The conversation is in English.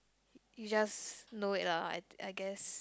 you just know it lah I I guess